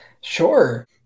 Sure